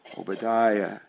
Obadiah